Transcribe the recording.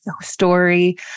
story